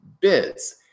bids